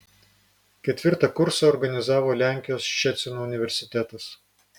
ketvirtą kursą organizavo lenkijos ščecino universitetas